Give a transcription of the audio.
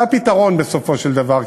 זה הפתרון בסופו של דבר,